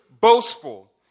boastful